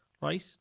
right